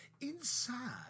Inside